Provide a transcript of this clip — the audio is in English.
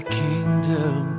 kingdom